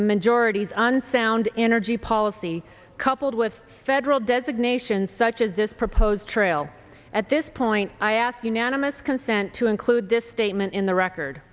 the majority's unsound energy policy coupled with federal designations such as this proposed trail at this point i ask unanimous consent to include this statement in the record